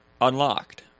Unlocked